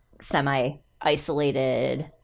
semi-isolated